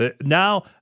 Now